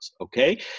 Okay